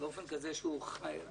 באופן כזה שהוא ממש